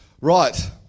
Right